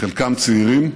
חלקם צעירים,